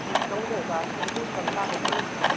बेसेबां दं गासैबो दस्रानो दाहरसै मिथिबाय